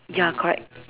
ya correct